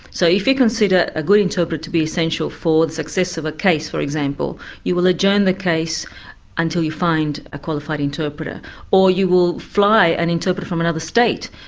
so if you consider a good interpreter to be essential for the success of a case, for example, you will adjourn the case until you find a qualified interpreter or you will fly an interpreter from another state.